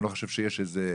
אני לא חושב שיש איזושהי